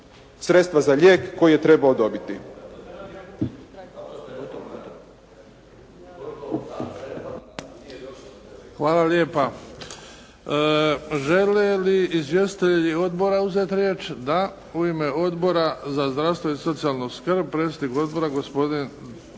se ne razumije./ … **Bebić, Luka (HDZ)** Hvala lijepa. Žele li izvjestitelji odbora uzeti riječ? Da. U ime Odbora za zdravstvo i socijalnu skrb, predsjednik odbora gospodin